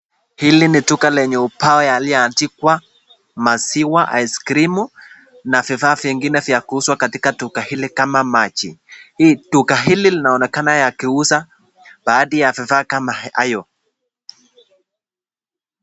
Hili ni duka lenye upawa yaliyoandika maziwa isikirimu, na vifaa vingine vya kuuzwa kwa duka hili kama maji duka hili linaonekana baadhi ya ya bidhaa kama hayo.